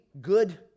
good